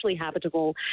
habitable